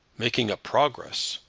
making a progress!